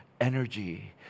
energy